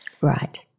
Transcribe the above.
Right